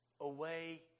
away